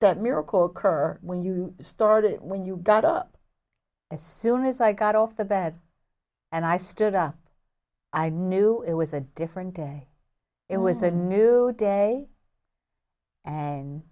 that miracle kerr when you started it when you got up as soon as i got off the bed and i stood up i knew it was a different day it was a new day and